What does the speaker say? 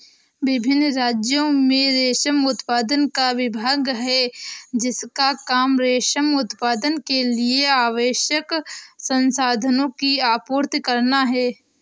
विभिन्न राज्यों में रेशम उत्पादन का विभाग है जिसका काम रेशम उत्पादन के लिए आवश्यक संसाधनों की आपूर्ति करना है